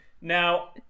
now